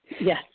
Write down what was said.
Yes